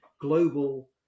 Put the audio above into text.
global